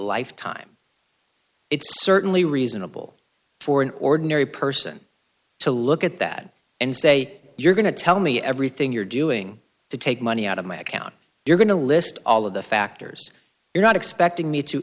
life time it's certainly reasonable for an ordinary person to look at that and say you're going to tell me everything you're doing to take money out of my account you're going to list all of the factors you're not expecting me to